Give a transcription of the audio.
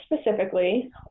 specifically